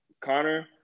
Connor